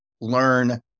learn